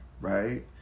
right